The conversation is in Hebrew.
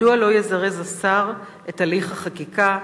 מדוע לא יזרז השר את הליך החקיקה,